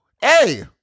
hey